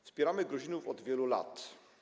Wspieramy Gruzinów od wielu lat.